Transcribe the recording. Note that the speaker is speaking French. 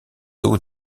eaux